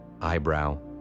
Eyebrow